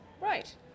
Right